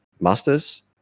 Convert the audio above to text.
masters